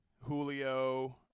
Julio